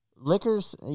Liquors